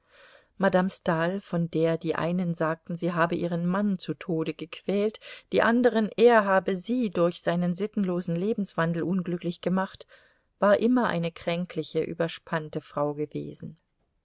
madame stahl von der die einen sagten sie habe ihren mann zu tode gequält die andern er habe sie durch seinen sittenlosen lebenswandel unglücklich gemacht war immer eine kränkliche überspannte frau gewesen